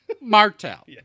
Martell